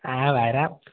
ആ വരാം